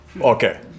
Okay